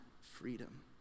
freedom